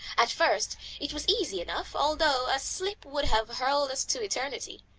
at first it was easy enough, although a slip would have hurled us to eternity.